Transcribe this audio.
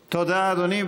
תודה, אדוני.